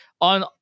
on